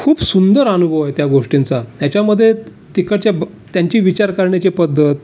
खूप सुंदर अनुभव आहे त्या गोष्टींचा ह्याच्यामध्ये तिकडच्या ब त्यांची विचार करण्याची पद्धत